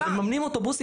הם מממנים אוטובוסים,